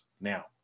Now